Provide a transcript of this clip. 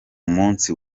munsi